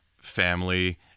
family